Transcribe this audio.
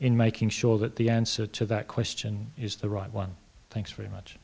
in making sure that the answer to that question is the right one thanks very much